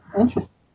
Interesting